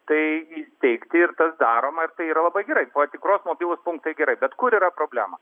tai įsteigti ir tas daroma ir tai yra labai gerai patikros mobilūs punktai gerai bet kur yra problema